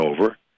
over